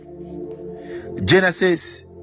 Genesis